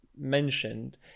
mentioned